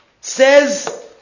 says